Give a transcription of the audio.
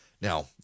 Now